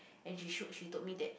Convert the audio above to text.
and she showed she told me that